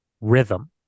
rhythm